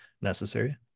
necessary